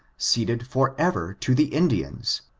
ceded for ever to the indians